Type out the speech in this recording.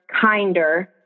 kinder